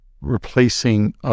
replacing